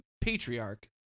patriarch